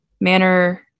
manner